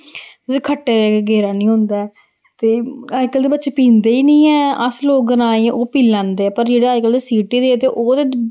उस्सी खट्टे गेदा निं होंदा ऐ ते अजकल्ल दे बच्चे पींदे गै निं ऐ अस लोक ग्राईं ओह् पी लैंदे पर जेह्ड़े अजकल्ल दे सिटी दे ते ओह् ते